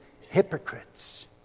hypocrites